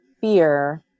fear